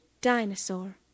dinosaur